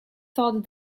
thought